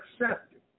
accepted